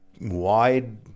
wide